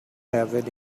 have